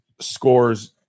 scores